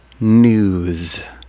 news